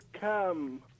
come